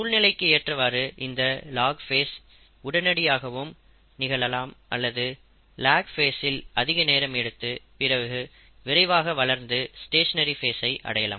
சூழ்நிலைக்கு ஏற்றவாறு இந்த லாக் ஃபேஸ் உடனடியாகவும் நிகழலாம் அல்லது லேக் ஃபேஸ்சில் அதிக நேரம் எடுத்து பிறகு விரைவாக வளர்ந்து ஸ்டேஷனரி ஃபேஸ் ஐ அடையலாம்